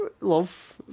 love